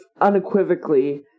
unequivocally